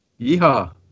Yeehaw